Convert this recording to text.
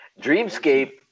Dreamscape